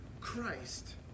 christ